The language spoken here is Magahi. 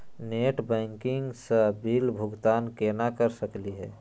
नेट बैंकिंग स बिल भुगतान केना कर सकली हे?